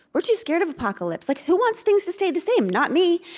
we're too scared of apocalypse. like who wants things to stay the same? not me.